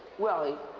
well,